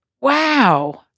Wow